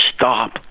Stop